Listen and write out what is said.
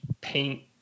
paint